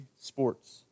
sports